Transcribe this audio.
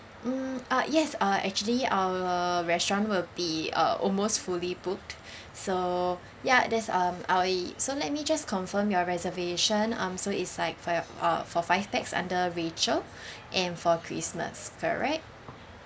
mm uh yes uh actually our restaurant will be uh almost fully booked so ya there's um I will so let me just confirm your reservation um so it's like for your uh for five pax under rachel and for christmas correct